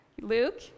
Luke